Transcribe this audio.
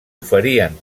oferien